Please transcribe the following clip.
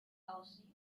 aussieht